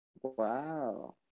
Wow